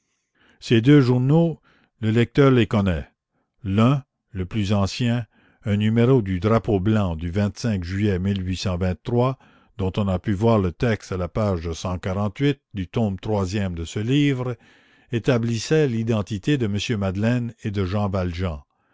ces deux journaux le lecteur les connaît l'un le plus ancien un numéro du drapeau blanc du juillet dont on a pu voir le texte à la page du tome troisième de ce livre établissait l'identité de m madeleine et de jean valjean